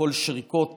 לקול שריקות